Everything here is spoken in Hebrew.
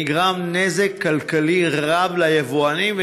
נזק כלכלי רב נגרם ליבואנים,